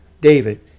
david